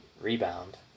rebound